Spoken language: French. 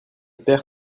père